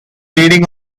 leading